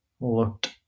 looked